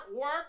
work